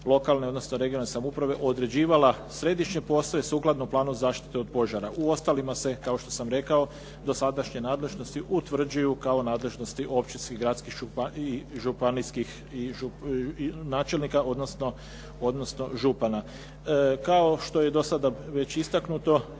odnosno regionalne samouprave određivala središnje postoje sukladne planu zaštite od požara. U ostalima kao što sam rekao dosadašnje nadležnosti utvrđuju kao nadležnosti općinskih, gradskih i županijskih, načelnika odnosno župana. Kao što je i do sada već istaknuto